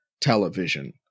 television